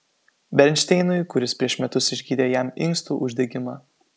bernšteinui kuris prieš metus išgydė jam inkstų uždegimą